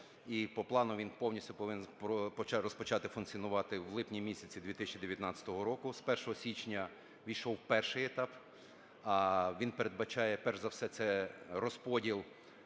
і по плану він повністю повинен розпочати функціонувати в липні місяці 2019 року. З 1 січня пішов перший етап, а він передбачає, перш за все, це розподіл